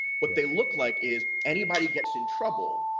what they look like is anybody gets in trouble,